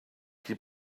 keep